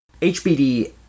HBD